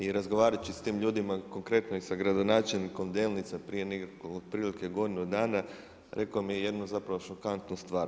I razgovarajući sa tim ljudima, konkretno i sa gradonačelnikom Delnica prije negdje otprilike godinu dana, rekao mi je jednu zapravo šokantnu stvar.